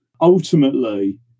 ultimately